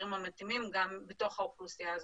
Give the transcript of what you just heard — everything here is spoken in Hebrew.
האסירים המתאימים גם בתוך האוכלוסייה הזאת.